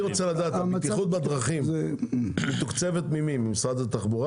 ממי מתוקצבת הבטיחות בדרכים, ממשרד התחבורה?